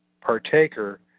partaker